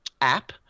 app –